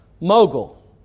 mogul